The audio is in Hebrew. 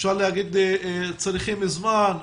אפשר להגיד שצריכים זמן,